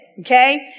Okay